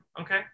okay